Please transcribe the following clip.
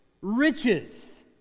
riches